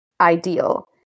ideal